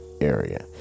area